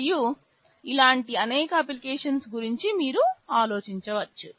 మరియు ఇలాంటి అనేక అప్లికేషన్స్ గురించి మీరు ఆలోచించవచ్చు